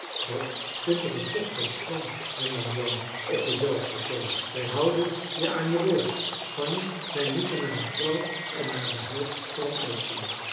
dat vind ik een kostelijk plan hernam jan op denzelfden toon wij houden je aan je woord fanny wij moeten naar een vrouw en naar een huis voor hem uitzien